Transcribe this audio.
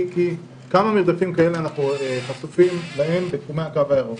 כי כמה מרדפים כאלה אנחנו חשופים להם בתחומי הקו הירוק?